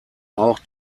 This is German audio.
auch